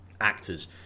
actors